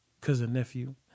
cousin-nephew